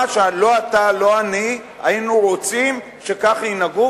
שלא אתה ולא אני היינו רוצים שכך ינהגו,